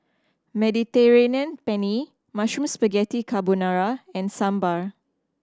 Mediterranean Penne Mushroom Spaghetti Carbonara and Sambar